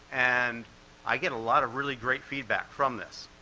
and i get a lot of really great feedback from this.